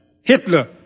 Hitler